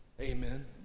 amen